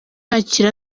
akira